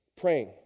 praying